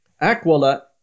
Aquila